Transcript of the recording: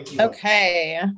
Okay